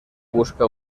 busca